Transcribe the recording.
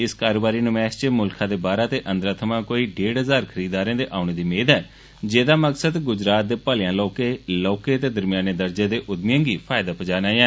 इस कारोबारी नमैष च मुल्खै दे बाहरा ते अंदरा थमां कोई ढेड हजार खरीदारें दे औने दी मेद ऐ जेह्दा मकसद गुजरात दे भलेआ लौह्के लौह्के ते दरमेयाने दर्जे दे उद्यमिएं गी फायदा पजाना ऐ